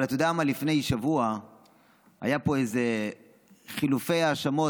אבל אתה יודע מה, לפני שבוע היו פה חילופי האשמות